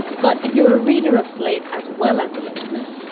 but if you're a reader of slate as well as a listener,